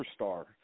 superstar